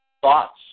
thoughts